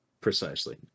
precisely